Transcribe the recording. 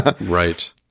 Right